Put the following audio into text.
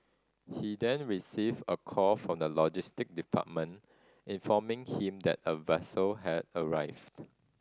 he then received a call from the logistic department informing him that a vessel had arrived